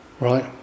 Right